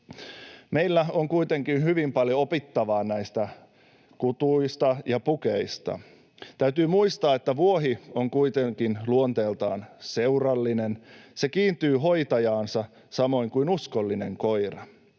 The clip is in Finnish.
Meillä on kuitenkin hyvin paljon opittavaa näistä kutuista ja pukeista. Täytyy muistaa, että vuohi on kuitenkin luonteeltaan seurallinen. Se kiintyy hoitajaansa samoin kuin uskollinen koira.